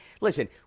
listen